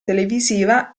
televisiva